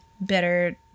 better